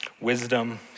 Wisdom